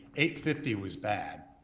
eight fifty was bad,